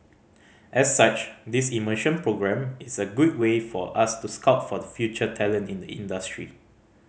as such this immersion programme is a good way for us to scout for the future talent in the industry